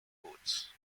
codes